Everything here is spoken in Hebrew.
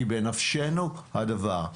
כי בנפשנו הדבר.